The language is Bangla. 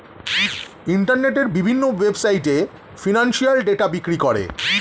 ইন্টারনেটের বিভিন্ন ওয়েবসাইটে এ ফিনান্সিয়াল ডেটা বিক্রি করে